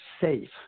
safe